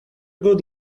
good